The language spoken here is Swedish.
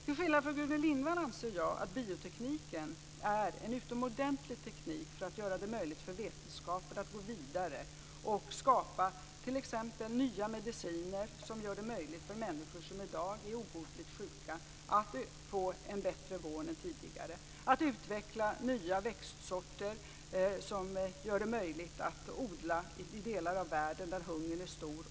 Till skillnad från Gudrun Lindvall anser jag att biotekniken är en utomordentlig teknik för att göra det möjligt för vetenskapen att gå vidare och skapa t.ex. nya mediciner som gör att i dag obotligt sjuka människor kan få en bättre vård än tidigare, att utveckla nya växtsorter som kan odlas i delar av världen där hungern är stor.